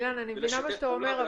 אילן אני מבינה מה שאתה אומר,